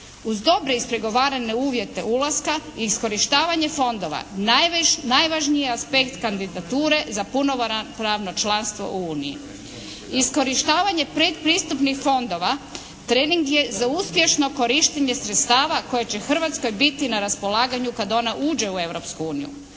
Uz dobre i ispregovarane uvjete ulaska i iskorištavanje fondova najvažniji je aspekt kandidature za punopravno članstvo u Uniji. Iskorištavanje predpristupnih fondova trening je uspješno korištenje sredstava kojoj će Hrvatskoj biti na raspolaganju kad ona uđe u